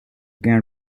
can